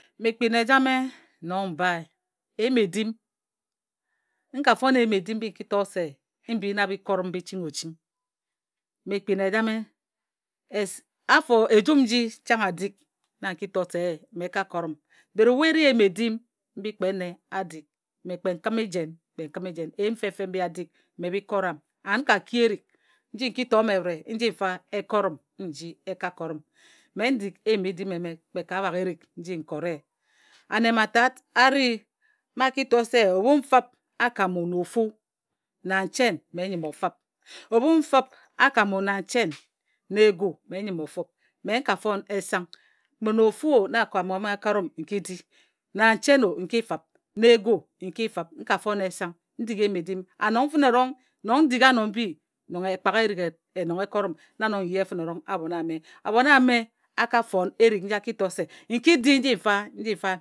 Mme ekpin ejame nong m bae eyim edim n ka fon eyim edim mbi n ki to se mbi na bi kore m bi ching o ching. Mme ekpin ejame es afo ejum nji chang a dik na n ki to se e ka kot m bet ebhu e ri eyim edim mbi kpe ene a dik. Mme kpe nkǝme jen kpe n kǝme jen eyim fep fep mbi a dik mme bi ket m. An n ka ki erik nji n ki to mme bǝt e nji fa e kot m nji e ka kot m. Mme n dik eyim edim eme kpo ka baghe erik nji n kore. Ane mma tat a ri mma a ki to se ebhu fǝp akamu na ofu na nchen mmen nyǝm ofǝp. Ebhu n fǝp akumu na nchen na egu mme n nyǝm ofǝp. Mme na ka fon e sang Mme na ofu o na akamu ame a kot m n ki di, na nchen o n ki fǝp na egu n ki fǝp. N ka fon esang n dik eyim edim. An nong fǝne erong nong n dik ano mbi nong ekpak erik nji e kot m na nong n yee abhon ame. Abhon ame a ka fon erik nji ki to se n ki di nji fa nji m bo di chang.